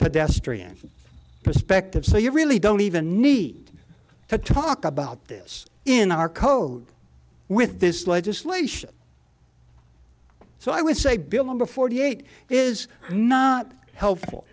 pedestrian perspective so you really don't even need to talk about this in our code with this legislation so i would say bill number forty eight is not helpful